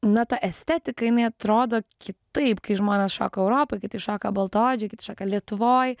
na ta estetika jinai atrodo kitaip kai žmonės šoka europoj kai tai šoka baltaodžiai kai tai šoka lietuvoj